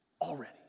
already